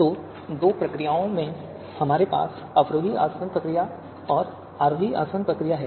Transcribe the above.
तो दो प्रक्रियाओं में हमारे पास अवरोही आसवन प्रक्रिया और आरोही आसवन प्रक्रिया है